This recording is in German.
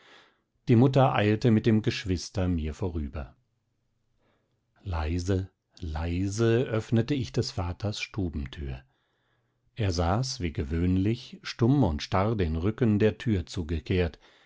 die mutter eilte mit dem geschwister mir vorüber leise leise öffnete ich des vaters stubentür er saß wie gewöhnlich stumm und starr den rücken der türe zugekehrt